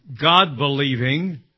God-believing